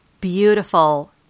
beautiful